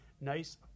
Nice